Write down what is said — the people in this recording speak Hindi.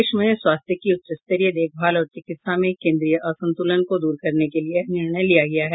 देश में स्वास्थ्य की उच्चस्तरीय देखभाल और चिकित्सा में क्षेत्रीय असंतुलन को दूर करने के लिए यह निर्णय लिया गया है